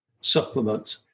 supplement